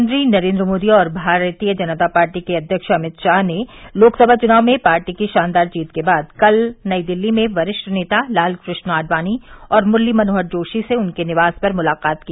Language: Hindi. प्रधानमंत्री नरेन्द्र मोदी और भारतीय जनता पार्टी अध्यक्ष अमित शाह ने लोकसभा चुनाव में पार्टी की शानदार जीत के बाद कल नई दिल्ली में वरिष्ठ नेता लाल कृष्ण आडवाणी और मुरती मनोहर जोशी से उनके निवास पर मुलाकात की